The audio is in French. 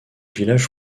village